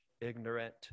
ignorant